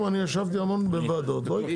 מי בעד הסתייגות מס' 11, מי נגד, מי נמנע?